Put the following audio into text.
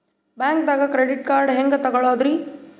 ಬ್ಯಾಂಕ್ದಾಗ credit card ಹೆಂಗ್ ತಗೊಳದ್ರಿ?